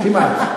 כמעט.